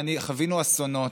חווינו אסונות.